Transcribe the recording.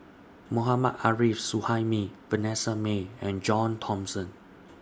Mohammad Arif Suhaimi Vanessa Mae and John Thomson